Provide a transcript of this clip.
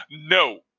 No